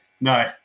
No